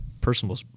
personal